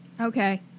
Okay